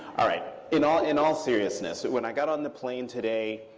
all right. in all in all seriousness, when i got on the plane today,